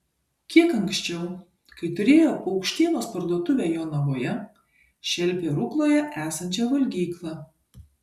kiek anksčiau kai turėjo paukštienos parduotuvę jonavoje šelpė rukloje esančią valgyklą